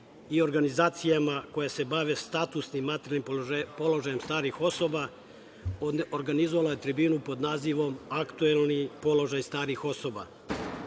i organizacijama koje se bave statusnim i materijalnim položajem starih osoba, organizovala je tribinu pod nazivom „Aktuelni položaj starih osoba“.